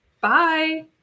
Bye